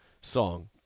song